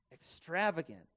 Extravagant